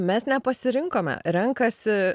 mes nepasirinkome renkasi